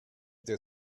their